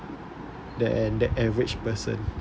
than the average person